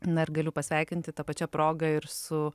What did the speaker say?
na galiu pasveikinti ta pačia proga ir su